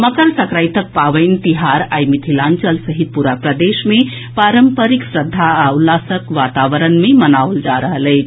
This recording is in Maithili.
मकर संक्रांतिक पावनि तिहार आइ मिथिलांचल सहित पूरा प्रदेश मे पारंपरिक श्रद्धा आ उल्लासक वातावरण मे मनाओल जा रहल अछि